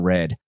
Red